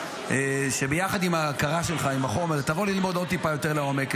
הזמן שביחד עם ההכרה שלך את החומר תבוא ללמוד עוד טיפה יותר לעומק.